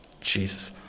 Jesus